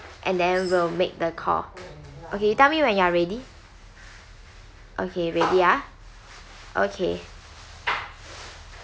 and then we'll make the call okay you tell me when you are ready okay ready ah okay